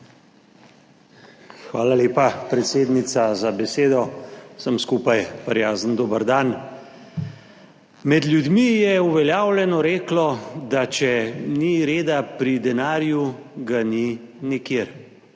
Hvala lepa, predsednica, za besedo. Vsem skupaj prijazen dober dan! Med ljudmi je uveljavljeno reklo, da če ni reda pri denarju, ga ni nikjer.